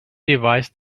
device